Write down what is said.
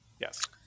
Yes